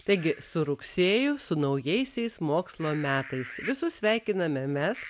taigi su rugsėju su naujaisiais mokslo metais visus sveikiname mes